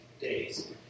days